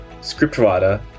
scriptwriter